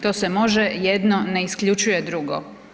To se može, jedno ne isključuje drugo.